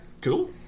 cool